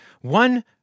one